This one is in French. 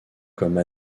comme